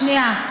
שנייה.